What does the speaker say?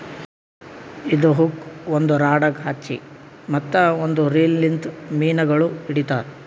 ಇದು ಹುಕ್ ಒಂದ್ ರಾಡಗ್ ಹಚ್ಚಿ ಮತ್ತ ಒಂದ್ ರೀಲ್ ಲಿಂತ್ ಮೀನಗೊಳ್ ಹಿಡಿತಾರ್